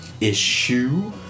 Issue